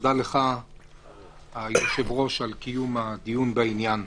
ותודה לך היושב-ראש על קיום הדיון בעניין.